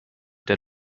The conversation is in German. der